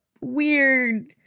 weird